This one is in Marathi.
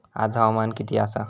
आज हवामान किती आसा?